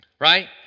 Right